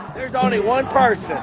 there's only one person,